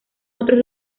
otros